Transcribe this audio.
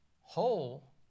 whole